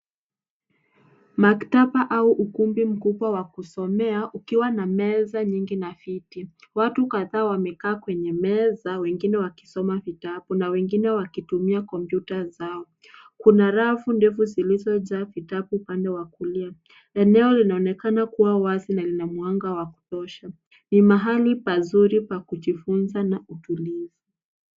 Maktaba au ukumbi mkubwa wa kusimea ukiwa na meza nyingi na viti. Watu kadhaa wamekaa kwenye meza wengine wakisoma vitabu, wengine wakitumia kompyuta zao. Kuna rafu ndefu zilizojaa vitabu upande wa kulia. Eneo linaonekana kuwa wazi na lina mwanga wa kutosha. Ni mahali pazuri pa kujifunza na utulivu.